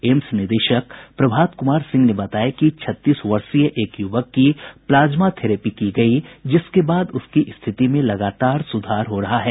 AIIMS निदेशक प्रभात कुमार सिंह ने बताया कि छत्तीस वर्षीय एक युवक की प्लाज्मा थेरेपी की गयी जिसके बाद उसकी स्थिति में लगातार सुधार हो रहा है